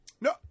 No